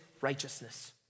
righteousness